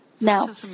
Now